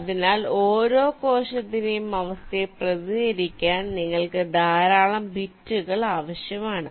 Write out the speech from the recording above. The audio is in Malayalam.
അതിനാൽ ഓരോ കോശത്തിന്റെയും അവസ്ഥയെ പ്രതിനിധീകരിക്കാൻ നിങ്ങൾക്ക് ധാരാളം ബിറ്റുകൾ ആവശ്യമാണ്